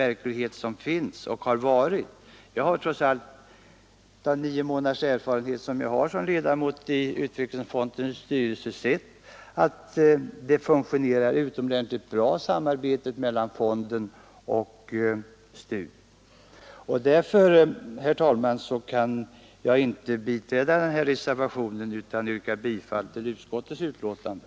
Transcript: Med nio månaders erfarenhet såsom ledamot av utvecklings Nr 86 fondens styrelse vet jag att samarbetet mellan fonden och STU fungerar väldigt bra. Därför, herr talman, kan jag inte biträd i Slagen den